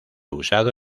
usado